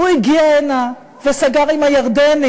הוא הגיע הנה וסגר עם הירדנים